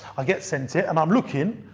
i get sent it and i'm looking,